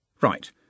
right